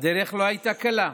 הדרך לא הייתה קלה.